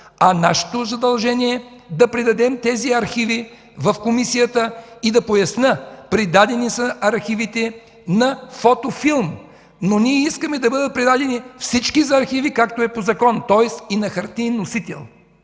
Нашето задължение е да предадем тези архиви в Комисията, да поясня – предадени са архивите на фотофилм, но ние искаме да бъдат предадени всички архиви, както е по закон, тоест и на хартиен носител.